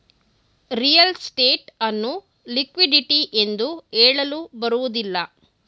real estate ಅನ್ನು liquidity ಎಂದು ಹೇಳಲು ಬರುವುದಿಲ್ಲ